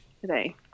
today